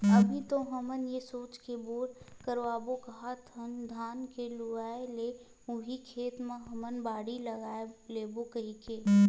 अभी तो हमन ये सोच के बोर करवाबो काहत हन धान के लुवाय ले उही खेत म हमन बाड़ी लगा लेबो कहिके